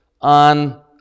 on